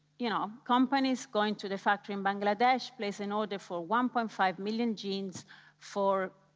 you know, companies going to the factory in bangladesh, place an order for one point five million jeans for,